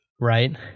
right